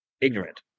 ignorant